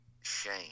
shame